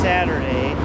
Saturday